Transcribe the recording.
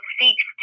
seeks